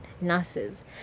nurses